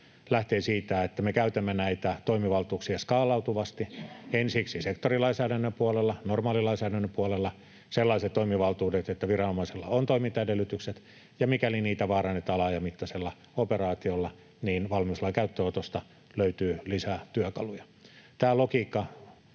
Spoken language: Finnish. lähtee siitä, että me käytämme näitä toimivaltuuksia skaalautuvasti. Ensiksi sektorilainsäädännön puolella, normaalilainsäädännön puolella sellaiset toimivaltuudet, että viranomaisella on toimintaedellytykset, ja mikäli niitä vaarannetaan laajamittaisella operaatiolla, niin valmiuslain käyttöönotosta löytyy lisää työkaluja. Tämä logiikka